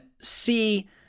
see